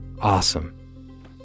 Awesome